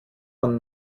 man